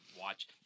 watch